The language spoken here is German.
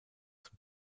zum